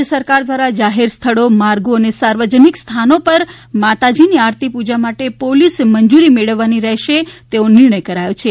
રાજ્ય સરકાર દ્વારા જાહેર સ્થળો માર્ગો અને સાર્વજનિક સ્થાનો પર માતાજીની આરતી પૂજા માટે પોલીસ મંજૂરી મેળવવાની રહેશે તેવો નિર્ણય કરાયો છે